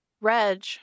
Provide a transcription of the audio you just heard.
Reg